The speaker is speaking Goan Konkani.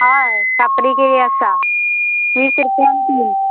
हय कापडी केळी आसा वीस रुपयांन किलो